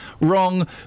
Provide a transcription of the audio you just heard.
wrong